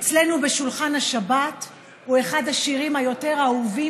אצלנו בשולחן השבת הוא אחד השירים היותר אהובים,